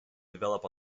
develop